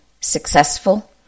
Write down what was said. successful